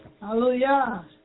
Hallelujah